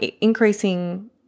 increasing